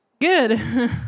Good